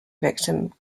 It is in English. victim